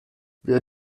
wer